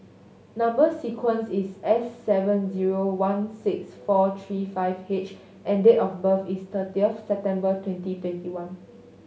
number sequence is S seven zero one six four three five H and date of birth is thirtieth September twenty twenty one